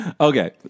Okay